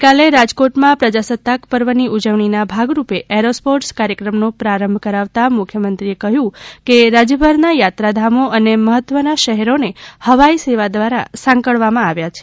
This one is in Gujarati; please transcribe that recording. ગઇકાલે રાજકોટમાં પ્રજાસત્તાક પર્વની ઉજવણીના ભાગરૂપે એરોસ્પોર્ટસ કાર્યક્રમનો પ્રારંભ કરાવતા મુખ્યમંત્રીએ કહ્યું કે રાજ્યભરના યાત્રાધામો અને મહત્વના શહેરોને હવાઇ સેવા દ્વારા સાંકળવામાં આવ્યા છે